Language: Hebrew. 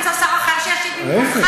היית צריך למצוא שר אחר שישיב במקומך.